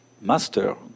master